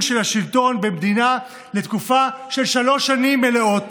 של השלטון במדינה לתקופה של שלוש שנים מלאות.